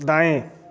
दाएँ